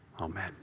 Amen